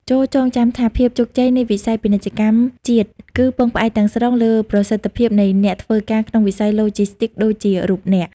ចូរចងចាំថា ភាពជោគជ័យនៃវិស័យពាណិជ្ជកម្មជាតិ គឺពឹងផ្អែកទាំងស្រុងលើប្រសិទ្ធភាពនៃអ្នកធ្វើការក្នុងវិស័យឡូជីស្ទីកដូចជារូបអ្នក។